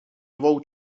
dvou